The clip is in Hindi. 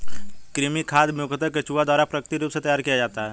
कृमि खाद मुखयतः केंचुआ द्वारा प्राकृतिक रूप से तैयार किया जाता है